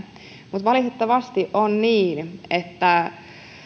mutta valitettavasti on niin että